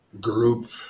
group